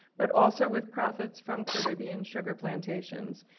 but also with profits from caribbean sugar plantations,